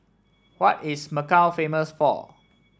what is Macau famous for